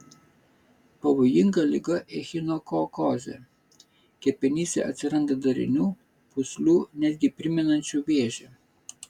pavojinga liga echinokokozė kepenyse atsiranda darinių pūslių netgi primenančių vėžį